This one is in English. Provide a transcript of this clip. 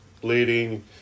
bleeding